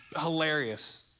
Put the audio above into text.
hilarious